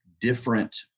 different